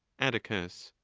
atticus.